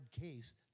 case